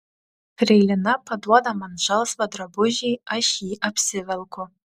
freilina paduoda man žalsvą drabužį aš jį apsivelku